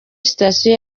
sitasiyo